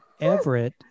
everett